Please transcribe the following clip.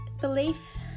belief